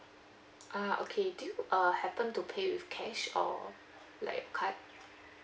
ah okay do you uh happen to pay with cash or like card